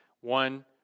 One